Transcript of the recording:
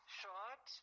short